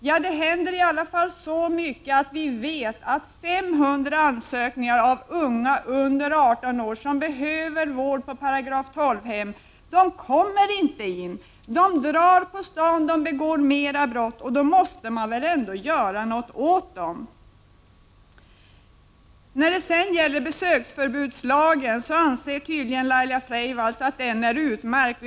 Vad vi vet är t.ex. att 500 ungdomar, för vilka det föreligger ansökningar om vård på § 12-hem, inte kan omhändertas. De drar omkring i staden, och de begår fler brott. Vi måste väl ändå göra någonting åt dessa ungdomar. Laila Freivalds anser tydligen att besöksförbudslagen är utmärkt.